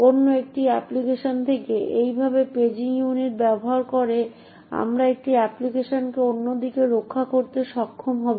অন্য একটি অ্যাপ্লিকেশন থেকে এইভাবে পেজিং ইউনিট ব্যবহার করে আমরা একটি অ্যাপ্লিকেশনকে অন্য দিকে রক্ষা করতে সক্ষম হব